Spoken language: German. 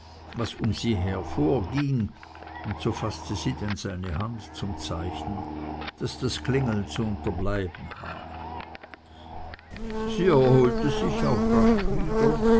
was um sie her vorging und so faßte sie denn seine hand zum zeichen daß das klingeln zu unterbleiben habe sie erholte sich auch rasch wieder